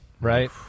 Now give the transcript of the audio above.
right